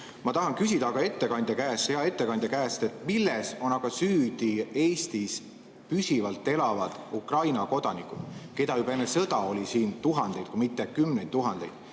Ma tahan küsida aga hea ettekandja käest, milles on süüdi Eestis püsivalt elavad Ukraina kodanikud, keda juba enne sõda oli siin tuhandeid kui mitte kümneid tuhandeid.